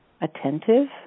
attentive